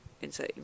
insane